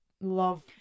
love